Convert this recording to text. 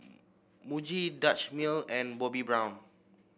Muji Dutch Mill and Bobbi Brown